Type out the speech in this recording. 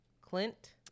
Clint